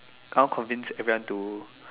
I want to convince everyone too